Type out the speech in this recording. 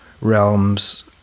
realms